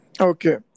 Okay